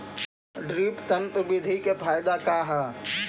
Drip तन्त्र बिधि के फायदा का है?